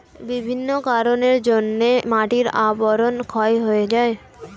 বিভিন্ন কারণের জন্যে মাটির আবরণ ক্ষয় হয়ে যায়